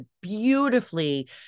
beautifully